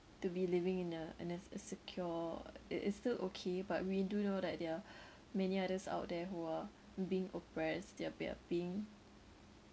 to be living in a in a a secure it is still okay but we do know that there are many others out there who are being oppressed they're be uh being